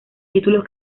títulos